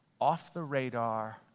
off-the-radar